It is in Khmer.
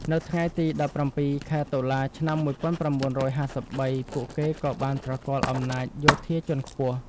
នៅថ្ងៃទី ១៧ ខែតុលា ឆ្នាំ ១៩៥៣ ពួកគេក៏បានប្រគល់អំណាចយោធាជាន់ខ្ពស់។